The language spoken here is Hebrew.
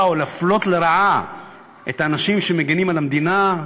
או להפלות לרעה את האנשים שמגִנים על המדינה,